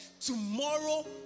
tomorrow